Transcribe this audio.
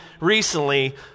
recently